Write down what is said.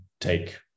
take